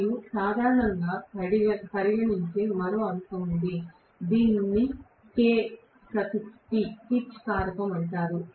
మనం సాధారణంగా పరిగణించే మరో అంశం ఉంది దీనిని Kp పిచ్ కారకం అంటారు